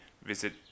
visit